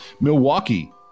Milwaukee